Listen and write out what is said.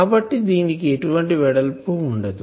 కాబట్టి దీనికి ఎటువంటి వెడల్పు ఉండదు